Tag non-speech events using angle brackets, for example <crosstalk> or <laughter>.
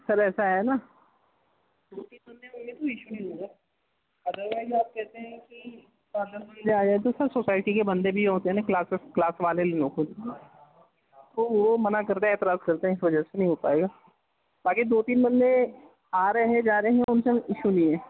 سر ایسا ہے نا کوئی <unintelligible> تو ایشو نہیں ہوگا ادر وائز آپ کہتے ہیں کہ <unintelligible> نہیں آئے گا سر سوسائٹی کے بندے بھی ہوتے ہیں نا کلاسیز کلاس والے نہی ہوتے تو وہ منع کرتے ہیں اعتراض کرتے ہیں اِس وجہ سے نہیں ہو پائے گا باقی دو تین بندے آ رہے ہیں جا رہے ہیں اُن سے ایشو نہیں ہے